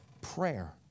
Prayer